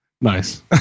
Nice